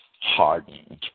hardened